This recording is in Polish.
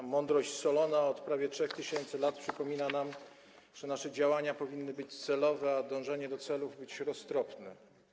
Mądrość Solona od prawie 3 tys. lat przypomina nam, że nasze działania powinny być celowe, a dążenie do celów - roztropne.